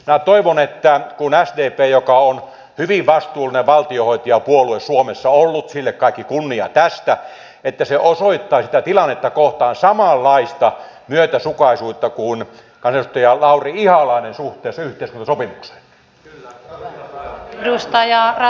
minä toivon että sdp joka on ollut hyvin vastuullinen valtionhoitajapuolue suomessa sille kaikki kunnia tästä osoittaisi tätä tilannetta kohtaan samanlaista myötäsukaisuutta kuin kansanedustaja lauri ihalainen suhteessa yhteiskuntasopimukseen